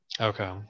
Okay